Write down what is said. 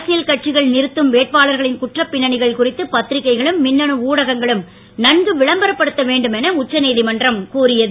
அரசியல் கட்சிகள் நிறுத்தும் வேட்பாளர்களின் குற்றப் பின்னணிகள் குறித்து பத்திரிகைகளும் மின்னணு ஊடகங்களும் நன்கு விளம்பரப்படுத்த வேண்டும் என உச்சநீதிமன்றம் கூறியது